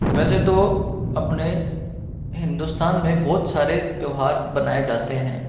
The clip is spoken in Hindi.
वैसे तो अपने हिंदुस्तान में बहुत सारे त्यौहार बनाये जाते हैं